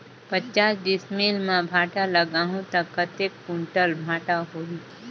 पचास डिसमिल मां भांटा लगाहूं ता कतेक कुंटल भांटा होही?